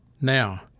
now